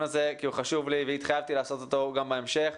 הזה כי הוא חשוב לי והתחייבתי לעשות אותו גם בהמשך.